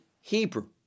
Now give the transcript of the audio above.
Hebrew